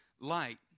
light